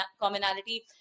commonality